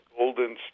Golden